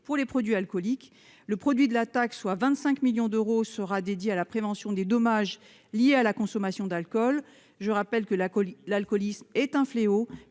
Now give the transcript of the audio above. pour les produits alcooliques. Le produit de la taxe, soit 25 millions d'euros, sera dédié à la prévention des dommages liés à la consommation d'alcool. L'alcoolisme est un fléau.